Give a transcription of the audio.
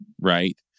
right